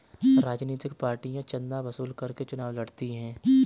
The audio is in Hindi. राजनीतिक पार्टियां चंदा वसूल करके चुनाव लड़ती हैं